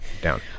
down